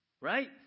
Right